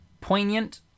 poignant